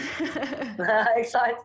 excited